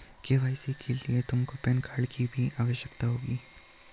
KYC के लिए तुमको पैन कार्ड की भी आवश्यकता होगी